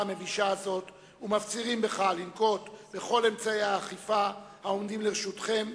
המבישה הזו ומפצירים בך לנקוט את כל אמצעי האכיפה העומדים לרשותכם,